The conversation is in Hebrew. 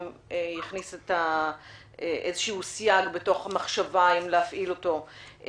יכניס איזשהו סייג במחשבה אם להפעיל אותו.